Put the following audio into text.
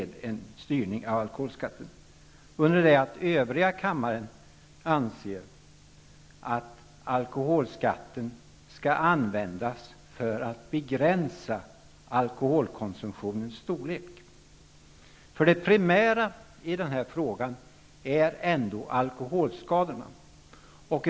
De övriga partierna i kammaren anser att alkoholskatten skall användas för att begränsa alkoholkonsumtionen. Det primära i denna fråga är ändå alkoholskadorna.